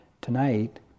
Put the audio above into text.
Tonight